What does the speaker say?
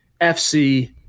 FC